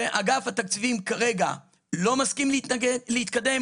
שאגף התקציבים כרגע לא מסכים להתקדם.